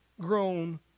grown